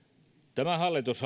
tämä hallitus